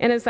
and